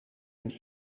een